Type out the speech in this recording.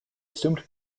assumed